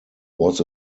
was